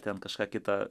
ten kažką kitą